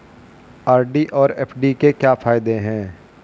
RD और FD के क्या फायदे हैं?